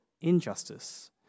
injustice